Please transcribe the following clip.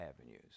avenues